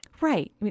Right